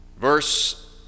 Verse